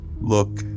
look